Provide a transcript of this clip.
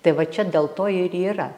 tai va čia dėl to ir yra